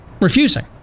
Refusing